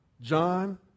John